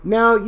Now